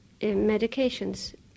medications